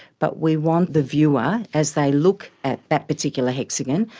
but we want the viewer as they look at that particular hexagon,